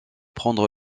prendre